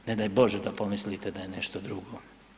Ne daj Bože da pomislite da je nešto drugo.